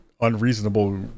unreasonable